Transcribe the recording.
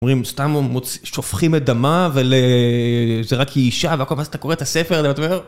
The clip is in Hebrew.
אומרים, סתם שופכים את דמה וזה רק כי היא אישה, ואז אתה קורא את הספר ואתה אומר...